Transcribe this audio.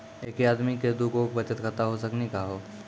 एके आदमी के दू गो बचत खाता हो सकनी का हो?